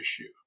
issue